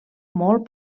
molt